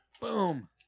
Boom